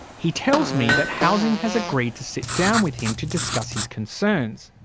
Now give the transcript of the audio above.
he tells me that housing has agreed to sit down with him to discuss his concerns.